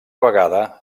vegada